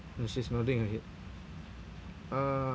and she's nodding her head uh